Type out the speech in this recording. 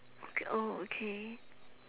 okay oh okay